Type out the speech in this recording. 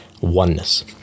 oneness